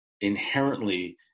inherently